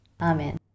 Amen